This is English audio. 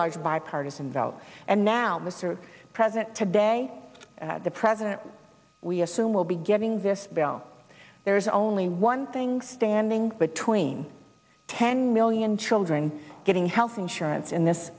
large bipartisan vote and now mr president today the president we assume will be getting this bill there's only one thing standing between ten million children getting health insurance in this